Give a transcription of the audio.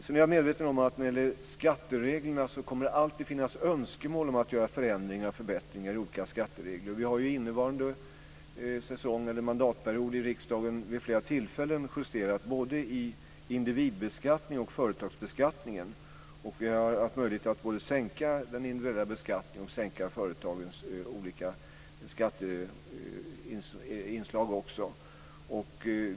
Sedan är jag medveten om att det alltid kommer att finnas önskemål om att göra förändringar och förbättringar i olika skatteregler. Vi har innevarande mandatperiod i riksdagen vid flera tillfällen justerat i både individbeskattningen och företagsbeskattningen. Vi har haft möjlighet både att sänka den individuella beskattningen och också att sänka företagens olika skatteinslag.